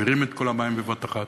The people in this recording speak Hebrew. מעבירים את כל המים בבת אחת,